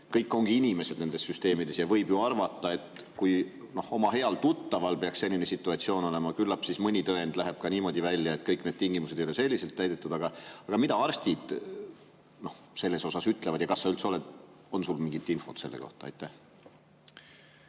kõik inimesed ongi nendes süsteemides ja võib ju arvata, et kui oma heal tuttaval peaks selline situatsioon olema, siis küllap mõni tõend läheb ka niimoodi välja, et kõik need tingimused ei ole selliselt täidetud. Mida arstid selle kohta ütlevad? Kas sul üldse on mingit infot selle kohta? Suur